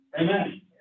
Amen